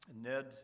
Ned